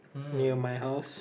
near my house